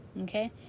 okay